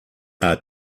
are